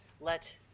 let